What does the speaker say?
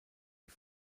die